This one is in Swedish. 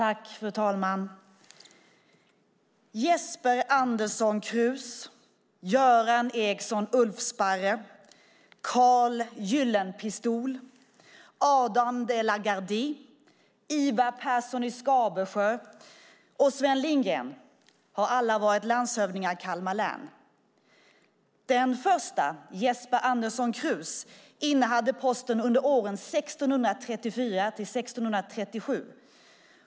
Fru talman! Jesper Andersson Cruus, Göran Eriksson Ulfsparre, Carl Gyllenpistol, Adam De la Gardie, Ivar Persson i Skabersjö och Sven Lindgren har alla varit landshövdingar i Kalmar län. Den första, Jesper Andersson Cruus, innehade posten under åren 1634-1637.